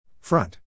Front